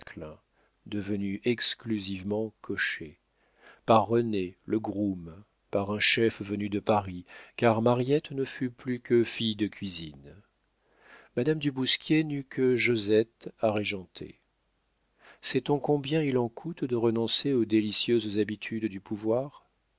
devenu exclusivement cocher par rené le groom par un chef venu de paris car mariette ne fut plus que fille de cuisine madame du bousquier n'eut que josette à régenter sait-on combien il en coûte de renoncer aux délicieuses habitudes du pouvoir